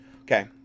Okay